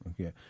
Okay